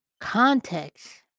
context